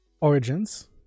Origins